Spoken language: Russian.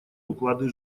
уклады